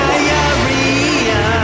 Diarrhea